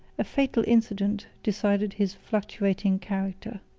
a fatal incident decided his fluctuating character.